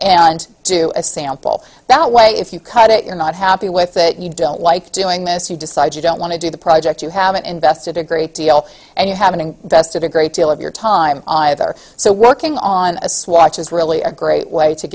and do a sample that way if you cut it you're not happy with it you don't like doing this you decide you don't want to do the project you haven't invested a great deal and you haven't dusted a great deal of your time on either so working on a swatch is really a great way to